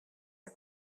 are